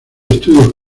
estudios